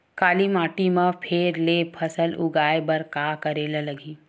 काली माटी म फेर ले फसल उगाए बर का करेला लगही?